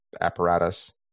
apparatus